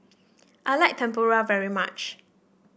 I like Tempura very much